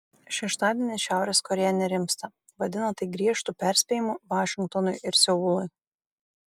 šeštadienį šiaurės korėja nerimsta vadina tai griežtu perspėjimu vašingtonui ir seului